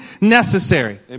necessary